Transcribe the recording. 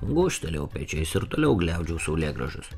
gūžtelėjau pečiais ir toliau gliaudžiau saulėgrąžas